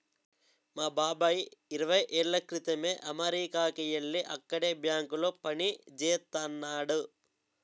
మా బాబాయి ఇరవై ఏళ్ళ క్రితమే అమెరికాకి యెల్లి అక్కడే బ్యాంకులో పనిజేత్తన్నాడు